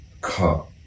cut